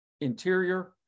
interior